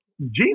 Jesus